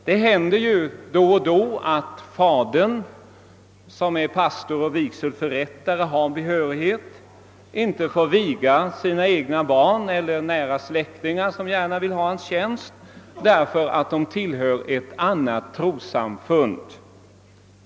Det händer då och då att fadern, som är pastor och vigselförrättare och har behörighet, inte får viga sina egna barn eller nära släktingar, som gärna vill ha hans tjänst, därför att de tillhör ett annat trossamfund.